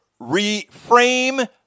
reframe